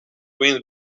wings